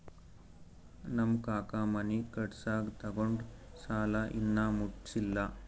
ನಮ್ ಕಾಕಾ ಮನಿ ಕಟ್ಸಾಗ್ ತೊಗೊಂಡ್ ಸಾಲಾ ಇನ್ನಾ ಮುಟ್ಸಿಲ್ಲ